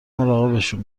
مراقبشون